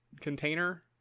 container